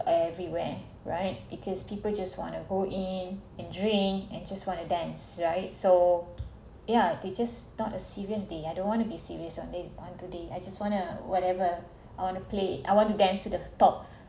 everywhere right because people just want to go in and drink and just want to dance right so yeah they just not a serious day I don't want to be serious on day on today I just want to whatever I want to play I want to dance to the top